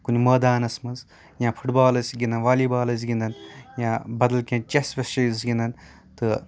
کُنہِ مٲدانَس منٛز یا فٹ بال ٲسۍ گنٛدان والی بال ٲسۍ گنٛدان یا بَدل کیٚنٛہہ چیٚس ویٚس چھِ أسۍ گنٛدان تہٕ